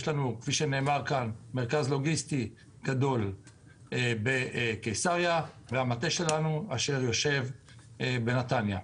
מרכז לוגיסטי גדול בקיסריה והמטה שלנו אשר יושב בנתניה.